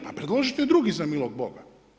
Pa preložite drugi, za milog Boga.